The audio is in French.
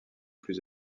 plus